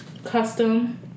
Custom